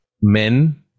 men